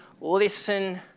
listen